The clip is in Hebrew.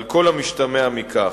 על כל המשתמע מכך.